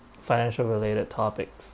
financial related topics